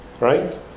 Right